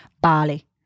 Bali